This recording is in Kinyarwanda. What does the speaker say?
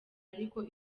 ariko